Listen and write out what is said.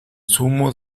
zumo